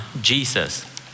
Jesus